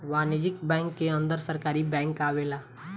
वाणिज्यिक बैंक के अंदर सरकारी बैंक आवेला